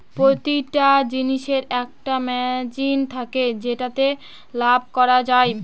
প্রতিটা জিনিসের একটা মার্জিন থাকে যেটাতে লাভ করা যায়